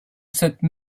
cette